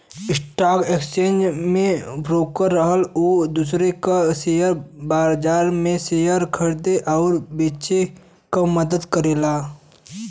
stock exchange में broker रहन उ दूसरे के शेयर बाजार में शेयर खरीदे आउर बेचे में मदद करेलन